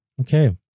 okay